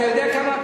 אבל אתה יודע כמה,